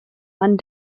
mann